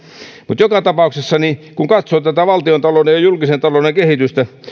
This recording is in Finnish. mutta joka tapauksessa kun katsoo tätä valtiontalouden ja julkisen talouden kehitystä